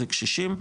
זה קשישים,